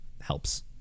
helps